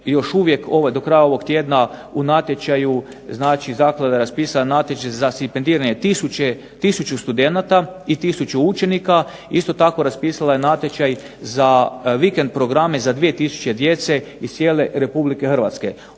još uvijek do kraja ovog tjedna znači zaklada je raspisala natječaj za stipendiranje tisuću studenata i tisuću učenika. Isto tako raspisala je natječaj za vikend programe za 2 tisuće djece iz cijele RH. Ove